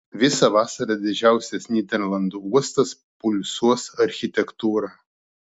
visą vasarą didžiausias nyderlandų uostas pulsuos architektūra